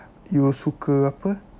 you suka apa